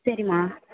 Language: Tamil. சரிம்மா